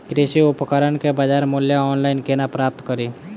कृषि उपकरण केँ बजार मूल्य ऑनलाइन केना प्राप्त कड़ी?